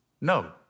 no